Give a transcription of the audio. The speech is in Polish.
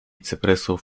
cyprysów